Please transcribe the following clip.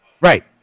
Right